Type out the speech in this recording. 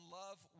love